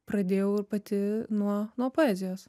pradėjau ir pati nuo nuo poezijos